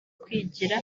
kwigira